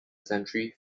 century